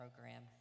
program